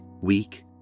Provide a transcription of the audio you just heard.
weak